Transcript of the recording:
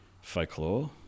folklore